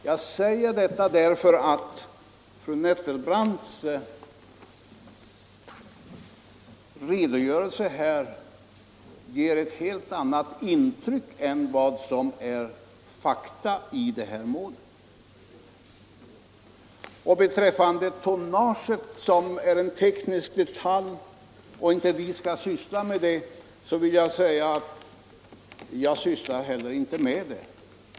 Jag säger detta därför att fru Nettelbrandts redogörelse ger ett helt annat intryck än vad som är fakta i det här målet. Beträffande tonnaget, som är en teknisk detalj som vi inte skall syssla Nr 142 med, vill jag säga att jag heller inte sysslar med den.